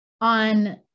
on